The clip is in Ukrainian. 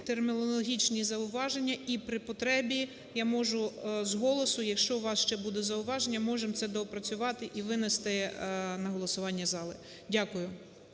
термінологічні зауваження і при потребі я можу з голосу, якщо у вас ще буде зауваження, можемо це доопрацювати і винести на голосування зали. Дякую.